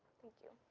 thank you.